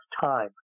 time